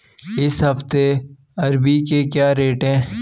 इस हफ्ते अरबी के क्या रेट हैं?